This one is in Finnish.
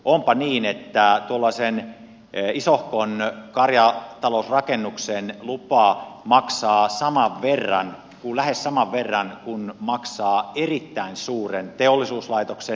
onpa niin että tuollaisen isohkon karjatalousrakennuksen lupa maksaa lähes saman verran kuin maksaa erittäin suuren teollisuuslaitoksen